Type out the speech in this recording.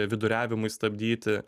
viduriavimui stabdyti